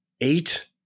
eight